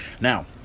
Now